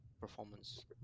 performance